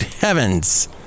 heavens